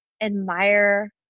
admire